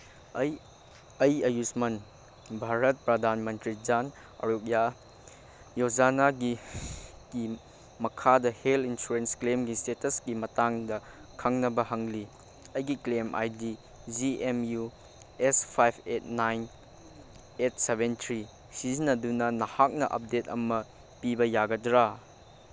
ꯑꯩ ꯑꯩ ꯑꯌꯨꯁꯃꯥꯟ ꯚꯥꯔꯠ ꯄ꯭ꯔꯙꯥꯟ ꯃꯟꯇ꯭ꯔꯤ ꯖꯥꯟ ꯑꯔꯣꯒ꯭ꯌꯥ ꯌꯣꯖꯥꯅꯥꯒꯤ ꯀꯤ ꯃꯈꯥꯗ ꯍꯦꯜꯠ ꯏꯟꯁꯨꯔꯦꯟꯁ ꯀ꯭ꯂꯦꯝꯒꯤ ꯏꯁꯇꯦꯇꯁꯀꯤ ꯃꯇꯥꯡꯗ ꯈꯪꯅꯕ ꯍꯪꯂꯤ ꯑꯩꯒꯤ claim I D G M U S five eight nine eight seven three ꯁꯤꯖꯤꯟꯅꯗꯨꯅ ꯅꯍꯥꯛꯅ ꯑꯞꯗꯦꯠ ꯑꯃ ꯄꯤꯕ ꯌꯥꯒꯗ꯭ꯔꯥ